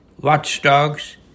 watchdogs